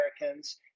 Americans